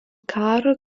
karo